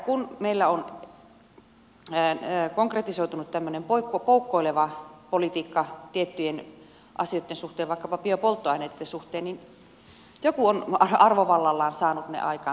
kun meillä on konkretisoitunut tämmöinen poukkoileva politiikka tiettyjen asioitten suhteen vaikkapa biopolttoaineitten suhteen niin joku on arvovallallaan saanut ne aikaan